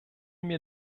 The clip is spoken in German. mir